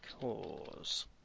cause